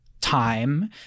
time